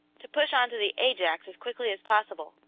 to push on to the ajax as quickly as possible,